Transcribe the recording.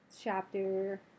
chapter